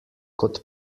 kot